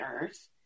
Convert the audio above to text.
earth